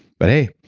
but hey,